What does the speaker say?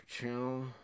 channel